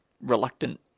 reluctant